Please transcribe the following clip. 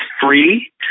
free